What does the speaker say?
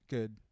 Good